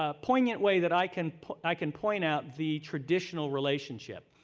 ah poignant way that i can i can point out the traditional relationship,